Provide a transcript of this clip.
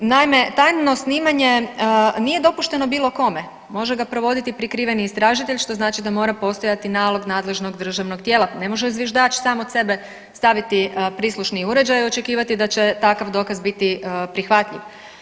Naime, tajno snimanje nije dopušteno bilo kome, može ga provoditi prikriveni istražitelj, što znači da mora postojati nalog nadležnog državnog tijela, ne može zviždač sam od sebe staviti prislušni uređaj i očekivati da će takav dokaz biti prihvatljiv.